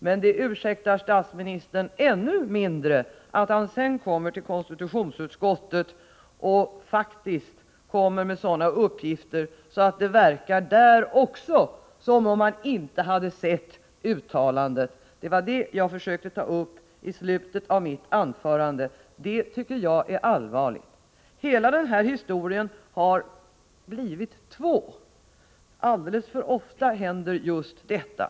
Ännu mindre ursäktar det honom att han i konstitutionsutskottet faktiskt lämnar uppgifter som ger intrycket att han inte sett uttalandet, vilket jag var inne på i slutet av mitt tidigare anförande. Statsministerns agerande på den punkten tycker jag är allvarligt. Hela den här historien har blivit till två ärenden. Alldeles för ofta händer just detta.